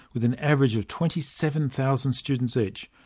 with an average of twenty seven thousand students each,